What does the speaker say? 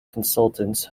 consultants